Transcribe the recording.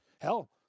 Hell